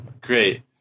great